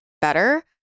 better